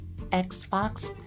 Xbox